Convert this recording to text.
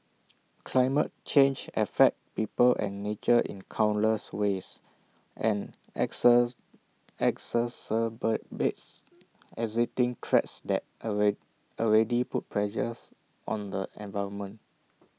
climate change affects people and nature in countless ways and access exacerbates existing threats that already put pressures on the environment